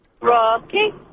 Rocky